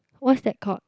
what's that called